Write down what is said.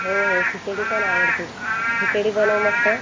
हो हो खिचडी पण आवडते खिचडी बनव मस्त